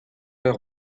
kaout